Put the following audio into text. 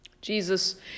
Jesus